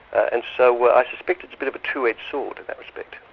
and so i suspect it's a bit of a two-edged sword in that respect.